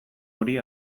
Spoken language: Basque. hori